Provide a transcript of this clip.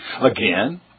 Again